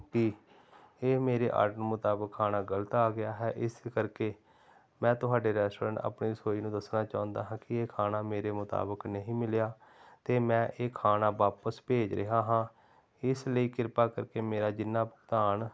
ਕਿ ਇਹ ਮੇਰੇ ਆਡਰ ਮੁਤਾਬਕ ਖਾਣਾ ਗਲਤ ਆ ਗਿਆ ਹੈ ਇਸ ਕਰਕੇ ਮੈਂ ਤੁਹਾਡੇ ਰੈਸਟੋਰੈਂਟ ਆਪਣੀ ਰਸੋਈ ਨੂੰ ਦੱਸਣਾ ਚਾਹੁੰਦਾ ਹਾਂ ਕਿ ਇਹ ਖਾਣਾ ਮੇਰੇ ਮੁਤਾਬਕ ਨਹੀਂ ਮਿਲਿਆ ਅਤੇ ਮੈਂ ਇਹ ਖਾਣਾ ਵਾਪਸ ਭੇਜ ਰਿਹਾ ਹਾਂ ਇਸ ਲਈ ਕਿਰਪਾ ਕਰਕੇ ਮੇਰਾ ਜਿੰਨਾ ਭੁਗਤਾਨ